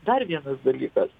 dar vienas dalykas